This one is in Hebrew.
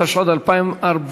התשע"ד 2014,